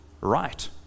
Right